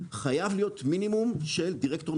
חייב להיות מינימום של דירקטורים